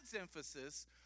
emphasis